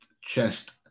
chest